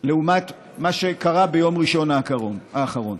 לעומת מה שקרה ביום ראשון האחרון.